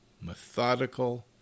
methodical